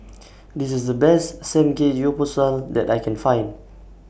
This IS The Best Samgeyopsal that I Can Find